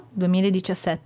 2017